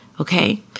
okay